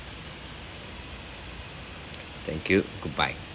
thank you goodbye